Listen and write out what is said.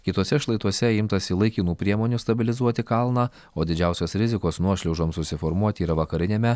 kituose šlaituose imtasi laikinų priemonių stabilizuoti kalną o didžiausios rizikos nuošliaužoms susiformuoti yra vakariniame